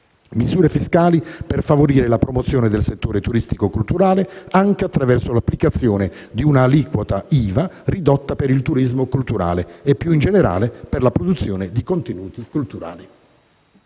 misure fiscali per favorire la promozione del settore turistico-culturale, anche attraverso l'applicazione di una aliquota IVA ridotta per il turismo culturale e più in generale per la produzione di contenuti culturali.